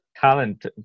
Talent